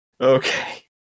Okay